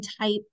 type